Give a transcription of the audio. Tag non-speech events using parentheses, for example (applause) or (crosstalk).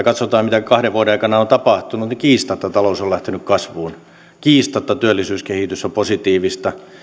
(unintelligible) katsotaan mitä kahden vuoden aikana on tapahtunut niin kiistatta talous on lähtenyt kasvuun kiistatta työllisyyskehitys on positiivista